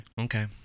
okay